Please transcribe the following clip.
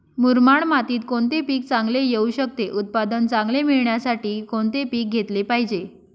मुरमाड मातीत कोणते पीक चांगले येऊ शकते? उत्पादन चांगले मिळण्यासाठी कोणते पीक घेतले पाहिजे?